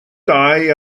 dau